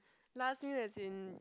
last meal as in